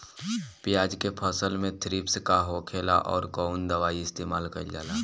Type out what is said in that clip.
प्याज के फसल में थ्रिप्स का होखेला और कउन दवाई इस्तेमाल कईल जाला?